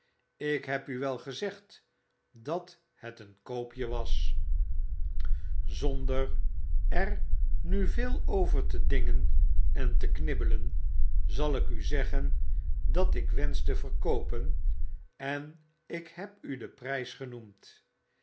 ik jk'hebu wel gezegd dat het een koopje was zonder er nu veel over te dingen en te knibbelen zal ik u zeggen dat ik wensch te verkoopen en ik heb u den prys genoemd